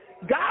God